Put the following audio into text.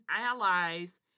allies